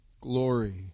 Glory